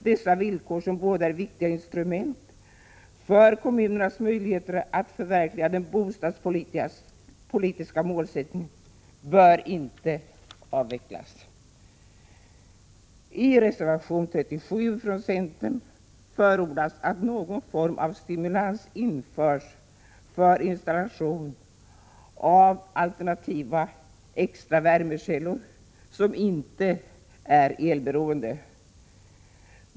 Dessa villkor, som båda är viktiga instrument för kommunernas möjligheter att förverkliga den bostadspolitiska målsättningen, bör inte avvecklas. Centern förordar i reservation 37 att någon form av stimulans införs för installation av alternativa extra värmekällor, som inte är elberoende.